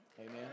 Amen